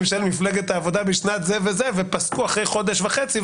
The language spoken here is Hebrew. של מפלגת העבודה בשנת כך וכך ופסקו אחרי חודש וחצי",